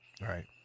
Right